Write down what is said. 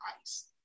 Ice